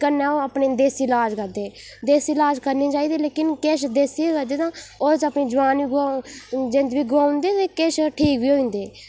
कन्नै ओह् अपने देसी ईलाज करदे देसी ईलाज करने चाहिदे लेकिन किश देसी च करदे न ओह्दे च अपनी जान बी गोआई जिंद बी गोआंदे ते किश ठीक बी होई जन्दे